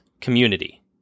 community